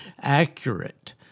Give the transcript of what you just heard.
accurate